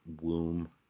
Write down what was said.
womb